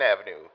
Avenue